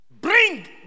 Bring